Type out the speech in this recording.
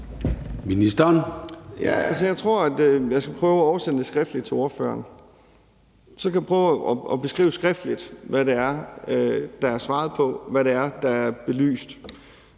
Jeg tror, at jeg skal prøve at oversende det skriftligt til ordføreren. Så kan jeg prøve at beskrive skriftligt, hvad det er, der er svaret på, og hvad det er, der er belyst.